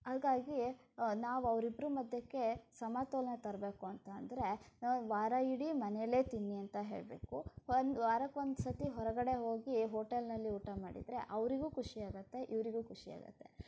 ಹಾಗಾಗಿ ನಾವು ಅವರಿಬ್ಬರ ಮಧ್ಯಕ್ಕೆ ಸಮತೋಲನ ತರಬೇಕು ಅಂತ ಅಂದರೆ ನಾವು ವಾರ ಇಡೀ ಮನೆಯಲ್ಲೇ ತಿನ್ನಿ ಅಂತ ಹೇಳಬೇಕು ಒಂದು ವಾರಕ್ಕೆ ಒಂದ್ಸತಿ ಹೊರಗಡೆ ಹೋಗಿ ಹೋಟೆಲ್ನಲ್ಲಿ ಊಟ ಮಾಡಿದರೆ ಅವರಿಗೂ ಖುಷಿಯಾಗತ್ತೆ ಇವರಿಗೂ ಖುಷಿಯಾಗತ್ತೆ